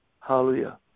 Hallelujah